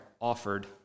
offered